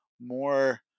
more